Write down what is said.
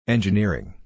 Engineering